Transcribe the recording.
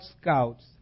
scouts